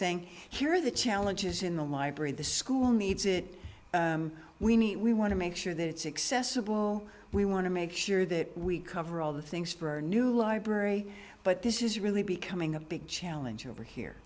saying here are the challenges in the library the school needs it we need we want to make sure that it's accessible we want to make sure that we cover all the things for new library but this is really becoming a big challenge over here